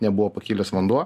nebuvo pakilęs vanduo